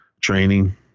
training